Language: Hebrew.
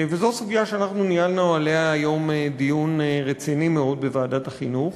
וזו סוגיה שניהלנו עליה היום דיון רציני מאוד בוועדת החינוך,